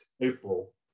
April